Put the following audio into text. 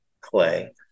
clay